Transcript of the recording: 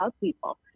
people